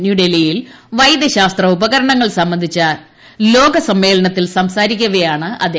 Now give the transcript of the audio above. ന്യൂഡ്ൽഹിയിൽ വൈദ്യശാസ്ത്ര ഉപകരണങ്ങൾ സംബന്ധിച്ച ലോക സമ്മേളനത്തിൽ സംസാരിക്കവേയാണ് അദ്ദേഹം ഇതു പറഞ്ഞത്